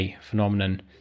phenomenon